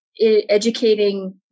educating